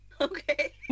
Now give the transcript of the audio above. Okay